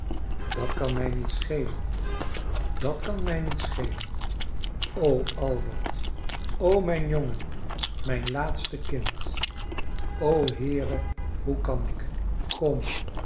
dat kan mij niet schelen dat kan mij niet schelen o albert o mijn jongen mijn laatste kind o heere hoe kan ik kom